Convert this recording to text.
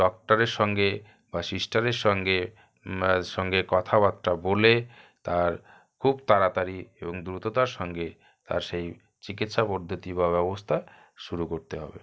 ডক্টরের সঙ্গে বা সিস্টারের সঙ্গে সঙ্গে কথাবার্তা বলে তার খুব তাড়াতাড়ি এবং দ্রুততার সঙ্গে তার সেই চিকিৎসা পদ্ধতি বা ব্যবস্থা শুরু করতে হবে